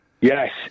yes